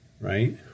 right